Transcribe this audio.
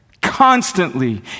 constantly